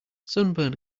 sunburn